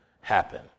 happen